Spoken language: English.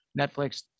Netflix